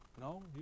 No